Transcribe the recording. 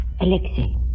Alexei